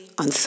on